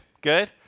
Good